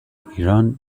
ایران